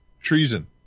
Treason